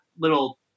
little